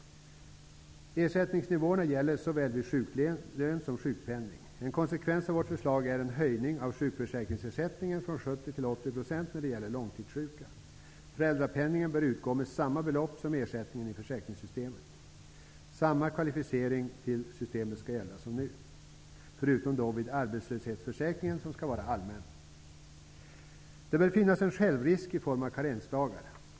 Ersättningsnivåerna gäller vid såväl sjuklön som sjukpenning. En konsekvens av vårt förslag är en höjning av sjukförsäkringsersättningen från 70 % till 80 % när det gäller långtidssjuka. Föräldrapenningen bör utgå med samma belopp som ersättningen i försäkringssystemet. Samma kvalificering till systemet som det nuvarande skall gälla, förutom vid arbetslöshetsförsäkringen som skall vara allmän. Det bör finnas en självrisk i form av karensdagar.